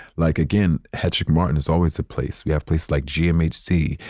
like, again, hetrick-martin, is always a place. we have place like gmhc.